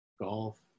golf